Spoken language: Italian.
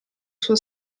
suo